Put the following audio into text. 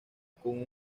con